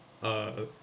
uh